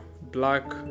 black